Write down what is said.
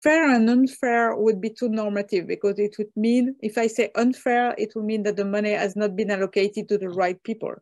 הגינות או חוסר־הגינות תהיה הגדרה נורמטיבית מדיי, כי המשמעות תהיה, אם אני אטען לחוסר־הגינות, המשמעות תהיה שהכסף לא הגיע לידיים הנכונות